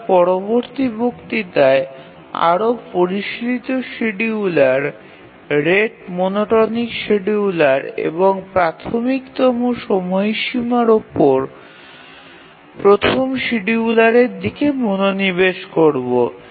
আমরা পরবর্তী বক্তৃতায় আরও পরিশীলিত শিডিয়ুলার রেট মনোটোনিক শিডিয়ুলার এবং প্রাথমিকতম সময়সীমার প্রথম শিডিয়ুলারের দিকে মনোনিবেশ করবো